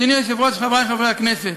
אדוני היושב-ראש, חברי חברי הכנסת,